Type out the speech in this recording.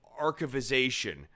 archivization